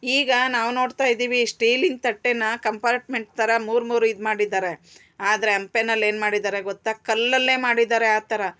ಈಗ ನಾವು ನೋಡ್ತಾಯಿದ್ದೀವಿ ಸ್ಟೀಲಿನ ತಟ್ಟೆನಾ ಕಂಪಾರ್ಟ್ಮೆಂಟ್ ಥರ ಮೂರು ಮೂರು ಇದು ಮಾಡಿದ್ದಾರೆ ಆದರೆ ಹಂಪೆನಲ್ ಏನು ಮಾಡಿದಾರೆ ಗೊತ್ತಾ ಕಲ್ಲಲ್ಲೇ ಮಾಡಿದ್ದಾರೆ ಆ ಥರ